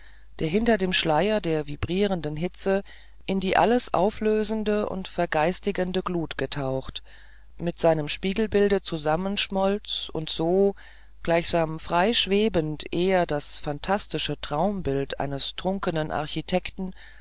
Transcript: der hinter dem schleier der vibrierenden hitze in die alles auflösende und vergeistigende glut getaucht mit seinem spiegelbilde zusammenschmolz und so gleichsam frei schwebend eher das phantastische traumbild eines trunkenen architekten